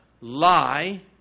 lie